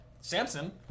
Samson